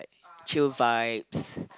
chill vibes